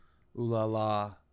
ooh-la-la